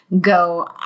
go